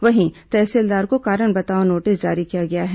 वहीं तहसीलदार को कारण बताओ नोटिस जारी किया गया है